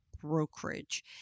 brokerage